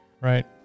right